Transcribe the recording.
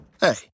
Hey